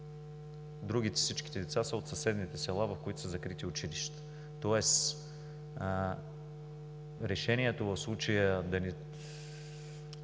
други деца са от съседните села, в които са закрити училищата. Тоест решението в случая да има